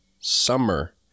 summer